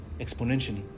exponentially